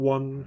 One